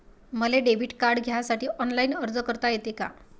मले debit card घ्यासाठी online अर्ज करता येते का?